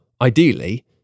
ideally